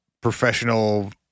professional